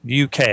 UK